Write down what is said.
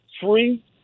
three